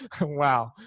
Wow